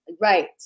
right